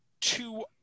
two